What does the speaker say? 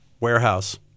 warehouse